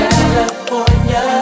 California